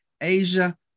Asia